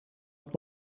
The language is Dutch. het